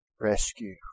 rescue